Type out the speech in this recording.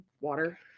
water